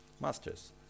masters